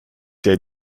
der